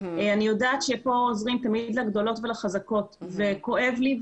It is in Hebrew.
אני יודעת שפה עוזרים תמיד לגדולות ולחזקות וכואב לי,